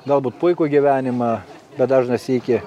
galbūt puikų gyvenimą bet dažną sykį